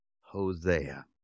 Hosea